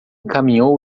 caminhou